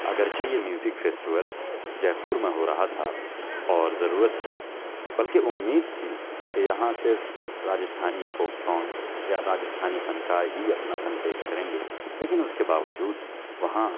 اگرچہ یہ music festival Jaipur میں ہو رہا تھا اور ضرورت تھی بلکہ امید تھی کہ یہاں صرف راجستھانی فاک سانگس یا راجستھانی فن کار ہی اپنا فن پیش کریں گے لیکن اس کے باوجود وہاں